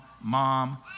mom